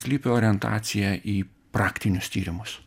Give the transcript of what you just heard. slypi orientacija į praktinius tyrimus